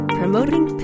promoting